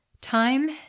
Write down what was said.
Time